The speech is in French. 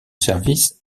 service